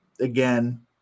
Again